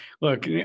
look